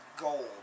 gold